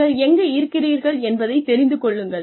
நீங்கள் எங்கு இருக்கிறீர்கள் என்பதை தெரிந்து கொள்ளுங்கள்